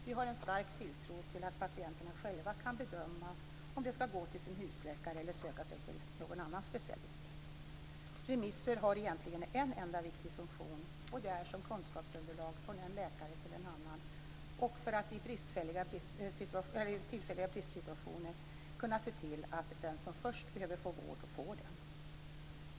Vi har en stark tilltro till att patienterna själva kan bedöma om de skall gå till sin husläkare eller söka sig till någon specialist. Remisser har egentligen en enda viktig funktion, och det är som kunskapsunderlag från en läkare till en annan samt för att man i tillfälliga bristsituationer skall kunna se till att den som först behöver få vård får det.